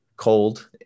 cold